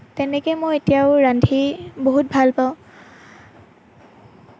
তেনেকেই মই এতিয়াও ৰান্ধি বহুত ভাল পাওঁ